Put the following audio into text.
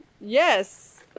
Yes